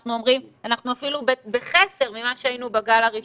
אנחנו אפילו בחסר ממה שהיינו בגל הראשון.